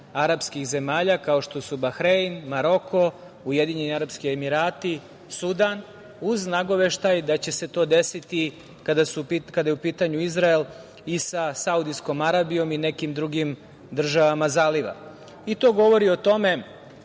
arapskih zemalja, kao što su Bahrein, Maroko, Ujedinjeni Arapski Emirati, Sudan, uz nagoveštaj da će se to desiti kada je u pitanju Izrael, i sa Saudijskom Arabijom i nekim drugim državama zaliva. To govori o tome